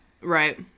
Right